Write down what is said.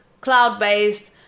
cloud-based